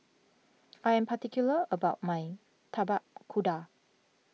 I am particular about my Tapak Kuda